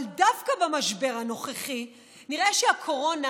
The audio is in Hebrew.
אבל דווקא במשבר הנוכחי, נראה שהקורונה